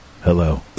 hello